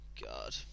God